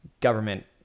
government